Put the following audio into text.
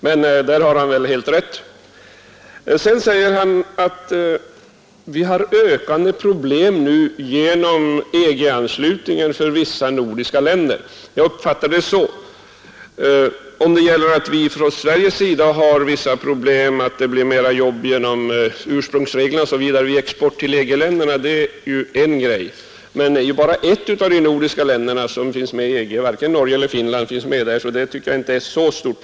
Sedan säger herr Andersson i Örebro att vi har ökande problem på grund av EG-anslutningen för vissa nordiska länder — jag uppfattade det så. Att Sverige har vissa problem och att det blir mera jobb genom ursprungsreglerna osv. vid export till EG-länderna är ju en sak. Men bara ett av de nordiska länderna tillhör EG. Varken Norge eller Finland finns med, så jag tycker att problemet inte är så stort.